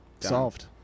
Solved